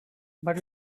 but